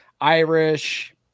Irish